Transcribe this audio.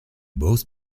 both